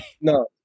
no